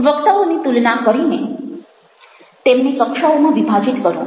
વક્તાઓની તુલના કરીને તેમને કક્ષાઓમાં વિભાજિત કરો